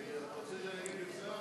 אתה רוצה שאני אגיד את שתי ההחלטות?